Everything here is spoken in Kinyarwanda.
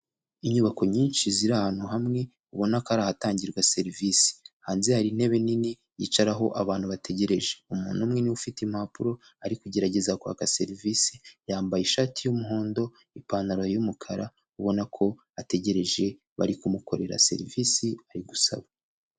Inyubako nyinshi ziri ahantu hamwe, ubona ko ari ahatangirwa serivisi. Hanze hari intebe nini yicaraho abantu bategereje. Umuntu umwe ni we ufite impapuro, ari kugerageza kwaka serivisi, yambaye ishati y' umuhondo, ipantaro y'umukara, ubona ko ategereje bari kumukorera serivisi ari gusaba.